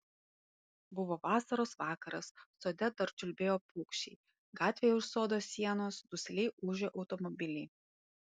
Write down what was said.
buvo vasaros vakaras sode dar čiulbėjo paukščiai gatvėje už sodo sienos dusliai ūžė automobiliai